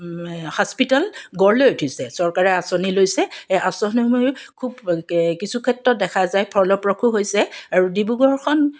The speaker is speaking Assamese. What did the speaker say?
হস্পিটেল গঢ় লৈ উঠিছে চৰকাৰে আঁচনি লৈছে এই আঁচনিসমূহ খুব কিছু ক্ষেত্ৰত দেখা যায় ফলপ্ৰসূ হৈছে আৰু ডিব্ৰুগড়খন